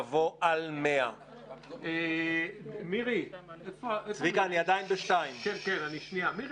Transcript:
יבוא: "על 100". מירי,